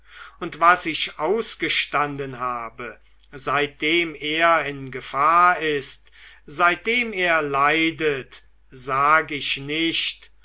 und was ich ausgestanden habe seitdem er in gefahr ist seitdem er leidet sag ich nicht